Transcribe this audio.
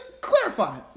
clarify